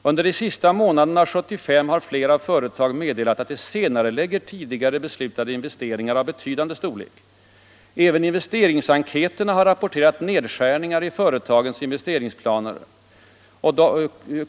Under de sista månaderna av 1975 har flera företag meddelat att de senarelägger tidigare beslutade investeringar av betydande storlek. Även investeringsenkäterna har rapporterat nedskärningar i företagens investeringsplaner.